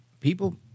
people